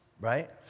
right